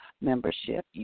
membership